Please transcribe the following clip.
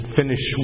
finish